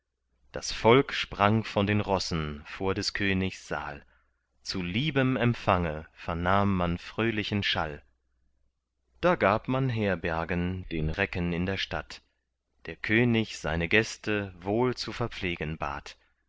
das volk sprang von den rossen vor des königs saal zu liebem empfange vernahm man fröhlichen schall da gab man herbergen den recken in der stadt der könig seine gäste wohl zu verpflegen bat